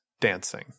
dancing